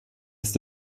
ist